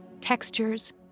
textures